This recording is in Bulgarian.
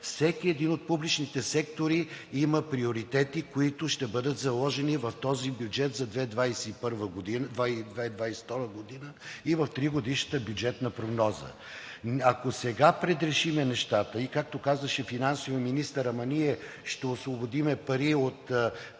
Всеки един от публичните сектори има приоритети, които ще бъдат заложени в този бюджет за 2022 г. и в тригодишната бюджетна прогноза. Ако сега предрешим нещата и както казваше финансовият министър: ние ще освободим пари от